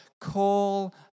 call